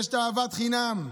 יש את אהבת החינם,